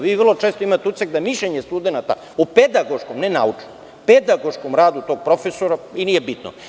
Vi vrlo često imate utisak da mišljenje studenata o pedagoškom, ne naučnom, radu tog profesora i nije bitno.